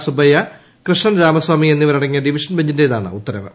സുബ്ബയ്യ കൃഷ്ണൻ രാമസ്വാമി എന്നിവരടങ്ങിയ ഡിവിഷൻ ബഞ്ചിന്റേതാണ് ഉത്തരവ്